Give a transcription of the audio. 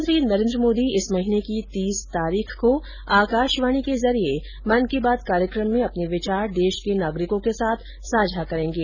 प्रधानमंत्री नरेन्द्र मोदी इस महीने की तीस तारीख को आकाशवाणी के जरिये मन की बात कार्यक्रम में अपने विचार देश के नागरिकों के साथ साझा करेंगे